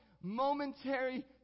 momentary